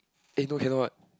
eh no cannot